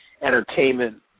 Entertainment